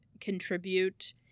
contribute